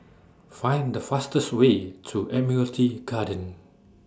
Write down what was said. Find The fastest Way to Admiralty Garden